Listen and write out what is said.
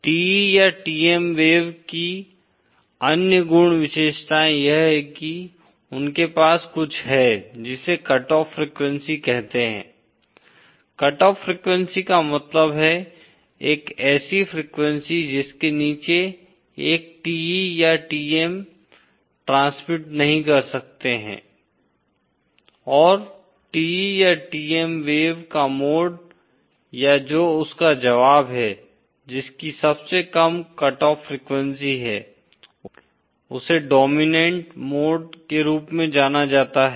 TE या TM wave की अन्य गुण विशेषताएँ यह है की उनके पास कुछ है जिसे कट ऑफ फ़्रीक्वेंसी कहते है कट ऑफ फ़्रीक्वेंसी का मतलब है एक ऐसी फ़्रीक्वेंसी जिसके नीचे एक TE या TM ट्रांसमिट नहीं कर सकते है और TE या TM वेव का मोड या जो उसका जवाब है जिसकी सबसे कम कट ऑफ फ्रीक्वेंसी है उसे डोमिनेंट मोड के रूप में जाना जाता है